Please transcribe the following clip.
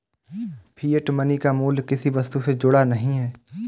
fiat money का मूल्य किसी वस्तु से जुड़ा नहीं है